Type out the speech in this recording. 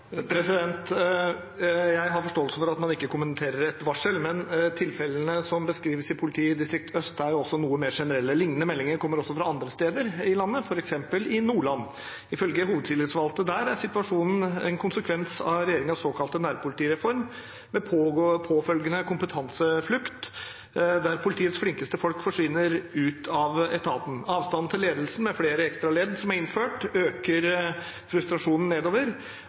Jeg har forståelse for at man ikke kommenterer et varsel, men tilfellene som beskrives i Øst politidistrikt, er noe mer generelle. Liknende meldinger kommer fra andre steder i landet, f.eks. i Nordland. Ifølge hovedtillitsvalgte der er situasjonen en konsekvens av regjeringens såkalte nærpolitireform med påfølgende kompetanseflukt, der politiets flinkeste folk forsvinner ut av etaten. Avstanden til ledelsen med flere ekstra ledd som er innført, øker frustrasjonen nedover.